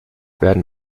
werden